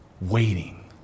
waiting